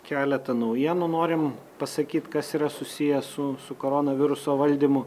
keletą naujienų norim pasakyt kas yra susiję su su koronaviruso valdymu